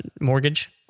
mortgage